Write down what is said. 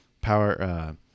power